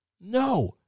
no